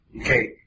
Okay